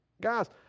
Guys